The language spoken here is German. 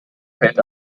fällt